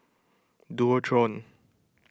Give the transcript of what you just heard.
Dualtron